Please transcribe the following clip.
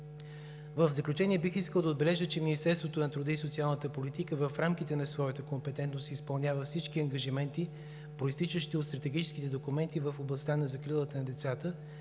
В заключение бих искал да отбележа, че Министерството на труда и социалната политика в рамките на своята компетентност изпълнява всички ангажименти, произтичащи от стратегическите документи в областта на закрилата на децата